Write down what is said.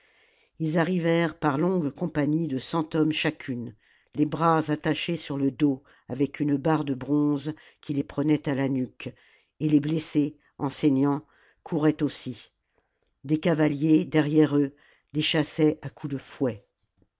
ils arrivèrent par longues compagnies de cent hommes chacune les bras attachés sur le dos avec une barre de bronze qui les prenait à la nuque et les blessés en saignant couraient aussi des cavaliers derrière eux les chassaient à coups de fouet